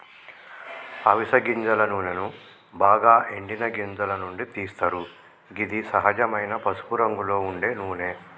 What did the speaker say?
అవిస గింజల నూనెను బాగ ఎండిన గింజల నుండి తీస్తరు గిది సహజమైన పసుపురంగులో ఉండే నూనె